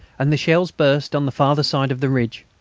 and the shells burst on the farther side of the ridge.